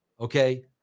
Okay